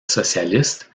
socialiste